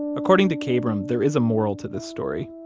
according to kabrahm, there is a moral to this story.